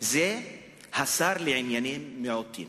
זה השר לענייני מיעוטים.